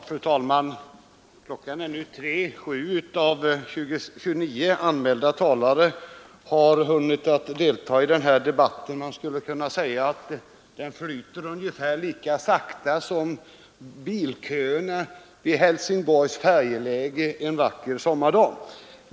Fru talman! Klockan är nu 3, och 7 av 29 anmälda talare har hunnit delta i denna debatt. Man kunde säga att den går framåt ungefär lika sakta som bilköerna vid Helsingborgs färjeläge en vacker sommardag.